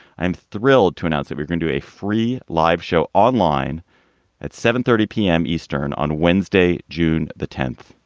i'm thrilled to announce that we're going to a free live show online at seven thirty p m. eastern on wednesday, june the tenth.